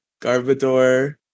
Garbador